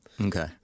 Okay